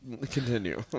Continue